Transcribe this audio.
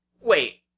Wait